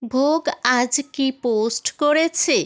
ভোগ আজ কি পোস্ট করেছে